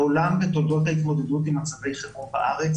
מעולם בתולדות ההתמודדות עם מצבי חירום בארץ